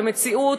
במציאות,